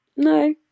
no